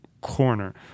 Corner